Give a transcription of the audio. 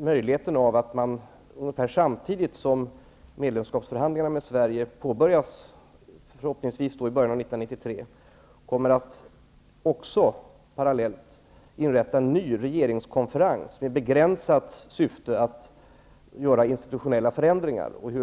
möjligheten av att man ungefär samtidigt som medlemskapsförhandlingarna med Sverige påbörjas -- förhoppningsvis i början av år 1993 -- kommer att parallellt inrätta en ny regeringskonferens med det begränsade syftet att göra institutionella förändringar inom EG.